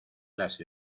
las